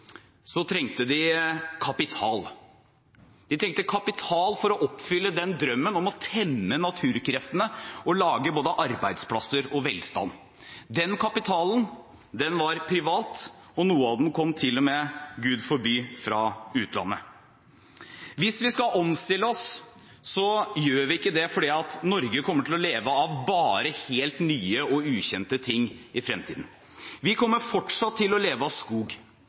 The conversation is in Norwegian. Så trengte de kapital. De trengte kapital for å oppfylle drømmen om å temme naturkreftene og lage både arbeidsplasser og velstand. Den kapitalen var privat, og noe av den kom til og med – Gud forby! – fra utlandet. Når vi skal omstille oss, gjør vi ikke det fordi Norge skal leve av bare nye og helt ukjente ting i fremtiden. Vi kommer fortsatt til å leve av skog.